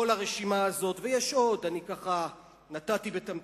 כל הרשימה הזאת, ויש עוד, נתתי בתמצית,